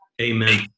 Amen